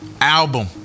album